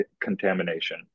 contamination